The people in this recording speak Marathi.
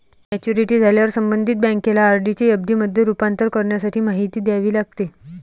मॅच्युरिटी झाल्यावर संबंधित बँकेला आर.डी चे एफ.डी मध्ये रूपांतर करण्यासाठी माहिती द्यावी लागते